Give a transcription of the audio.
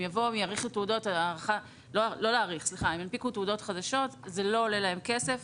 הם ינפיקו תעודות, זה לא עולה להם כסף